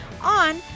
on